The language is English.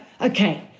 okay